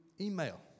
email